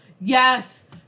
Yes